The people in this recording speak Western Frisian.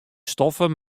stoffen